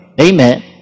Amen